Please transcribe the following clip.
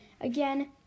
Again